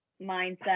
mindset